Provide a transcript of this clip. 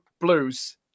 Blues